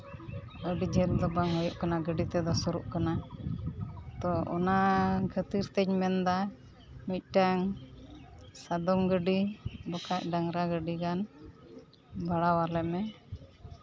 ᱟᱹᱰᱤ ᱡᱷᱟᱹᱞ ᱫᱚ ᱵᱟᱝ ᱦᱩᱭᱩᱜ ᱠᱟᱱᱟ ᱜᱟᱹᱰᱤ ᱛᱮᱫᱚ ᱥᱩᱨᱩᱜ ᱠᱟᱱᱟ ᱛᱳ ᱚᱱᱟ ᱠᱷᱟᱹᱛᱤᱨ ᱛᱤᱧ ᱢᱮᱱ ᱮᱫᱟ ᱢᱤᱫᱴᱮᱱ ᱥᱟᱫᱚᱢ ᱜᱟᱹᱰᱤ ᱵᱟᱝᱠᱷᱟᱱ ᱰᱟᱝᱨᱟ ᱜᱟᱹᱰᱤ ᱜᱟᱱ ᱵᱷᱟᱲᱟ ᱟᱞᱮ ᱢᱮ